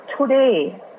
today